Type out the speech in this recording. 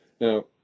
Now